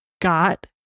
got